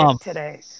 today